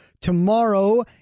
tomorrow